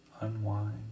unwind